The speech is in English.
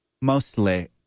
Mostly